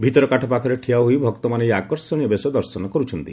ଭିତର କାଠ ପାଖରେ ଠିଆହୋଇ ଭକ୍ତମାନେ ଏହି ଆକର୍ଷଣୀୟ ବେଶ ଦର୍ଶନ କର୍ସଛନ୍ତି